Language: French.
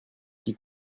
qui